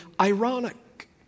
ironic